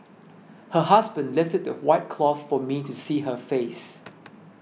her husband lifted the white cloth for me to see her face